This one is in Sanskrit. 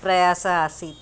प्रयासः आसीत्